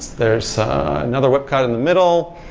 there's another whip cut in the middle.